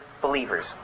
believers